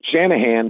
Shanahan